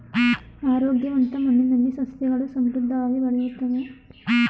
ಆರೋಗ್ಯವಂತ ಮಣ್ಣಿನಲ್ಲಿ ಸಸ್ಯಗಳು ಸಮೃದ್ಧವಾಗಿ ಬೆಳೆಯುತ್ತವೆ